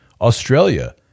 Australia